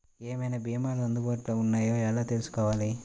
ఏమేమి భీమాలు అందుబాటులో వున్నాయో ఎలా తెలుసుకోవాలి?